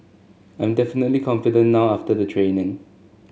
I'm definitely confident now after the training